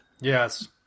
Yes